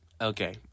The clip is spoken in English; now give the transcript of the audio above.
Okay